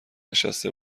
نشسته